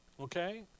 Okay